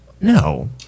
no